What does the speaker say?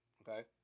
Okay